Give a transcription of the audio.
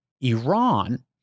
Iran